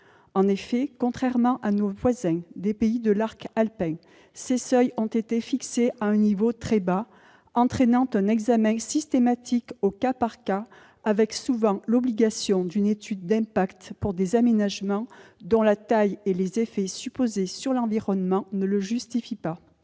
Contrairement à nos voisins des pays de l'arc alpin, ces seuils ont été fixés à un niveau très bas, entraînant un examen systématique au cas par cas, avec, souvent, l'obligation d'une étude d'impact pour des aménagements dont la taille et les effets supposés sur l'environnement ne la justifient pas.